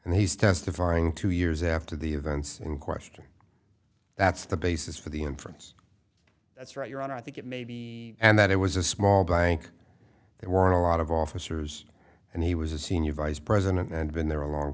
and he's testifying two years after the events in question that's the basis for the inference that's right you're on i think it may be and that it was a small bank there were a lot of officers and he was a senior vice president and been there a long